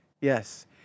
Yes